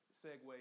segue